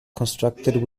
constructed